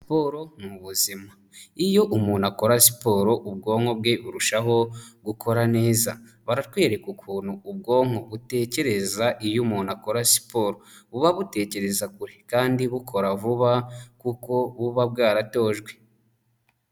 Siporo ni ubuzima iyo umuntu akora siporo ubwonko bwe burushaho gukora neza baratwereka ukuntu ubwonko butekereza iyo umuntu akora siporoba butekereza kure kandi bukora vuba kuko buba bwaratojwe.